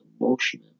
emotion